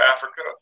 Africa